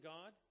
God